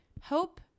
hope